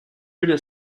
really